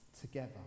together